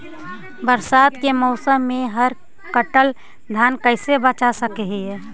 बरसात के मौसम में हम कटल धान कैसे बचा सक हिय?